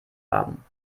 haben